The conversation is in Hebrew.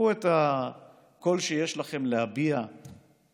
קחו את הקול שיש לכן להביע בממשלה